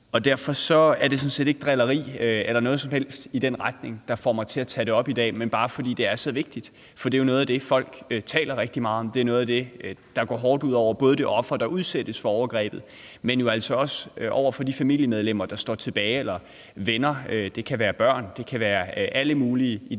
Derfor er det sådan set ikke drilleri eller noget som helst i den retning, der får mig til at tage det op i dag, men bare fordi det er så vigtigt. For det er noget af det, folk taler rigtig meget om, det er noget af det, der går hårdt ud over både det offer, der udsættes for overgrebet, men jo altså også de familiemedlemmer, der står tilbage, eller venner, det kan være børn, det kan være alle mulige i den